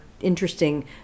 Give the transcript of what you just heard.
interesting